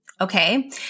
Okay